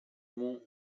mont